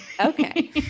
Okay